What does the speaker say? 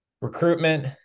recruitment